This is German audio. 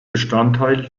bestandteil